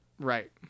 Right